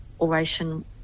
oration